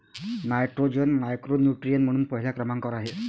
nitrogen macronutrient म्हणून पहिल्या क्रमांकावर आहे